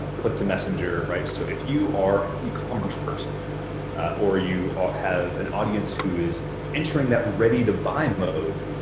click-to-messenger, right, so if you are an ecommerce person or you have an audience who is entering that ready to buy mode,